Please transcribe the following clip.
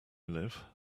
live